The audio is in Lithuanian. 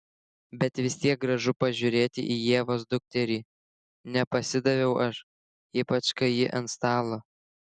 bet vis tiek gražu pažiūrėti į ievos dukterį nepasidaviau aš ypač kai ji ant stalo